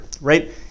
right